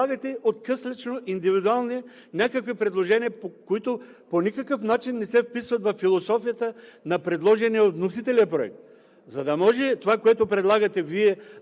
откъслечно индивидуални, някакви предложения, които по никакъв начин не се вписват във философията на предложения от вносителя проект. За да може това, което предлагате Вие,